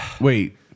wait